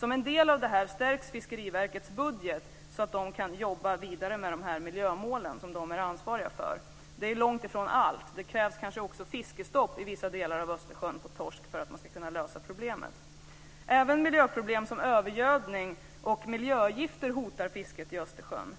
Som en del av det här stärks Fiskeriverkets budget så att de kan jobba vidare med dessa miljömål, som de är ansvariga för. Det är långtifrån allt. Det krävs kanske också fiskestopp på torsk i vissa delar av Östersjön för att man ska kunna lösa problemet. Även miljöproblem som övergödning och miljögifter hotar fisket i Östersjön.